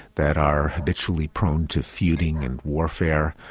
that are habitually prone to feuding and warfare,